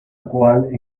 cual